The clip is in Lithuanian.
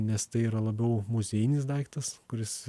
nes tai yra labiau muziejinis daiktas kuris